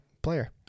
player